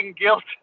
guilt